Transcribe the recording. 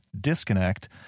disconnect